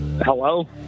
Hello